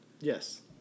Yes